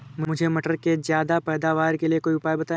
मुझे मटर के ज्यादा पैदावार के लिए कोई उपाय बताए?